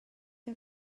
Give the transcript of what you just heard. que